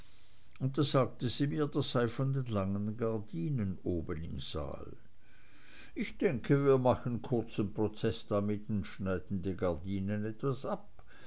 und da sagte sie mir das sei von den langen gardinen oben im saal ich denke wir machen kurzen prozeß damit und schneiden die gardinen etwas ab